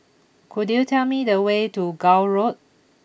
could you tell me the way to Gul Road